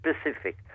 specific